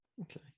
Okay